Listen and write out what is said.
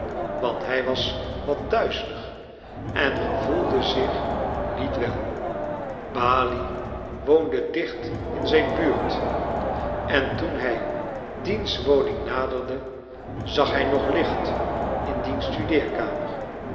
want hij was wat duizelig en gevoelde zich niet wel balie woonde dicht in zijn buurt en toen hij diens woning naderde zag hij nog licht in